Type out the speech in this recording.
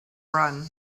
run